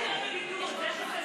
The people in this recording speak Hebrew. התש"ף 2020,